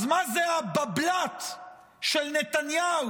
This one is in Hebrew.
אז מה זה הבבל"ת של נתניהו